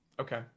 Okay